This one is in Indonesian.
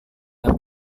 yang